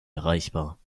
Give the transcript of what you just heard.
erreichbar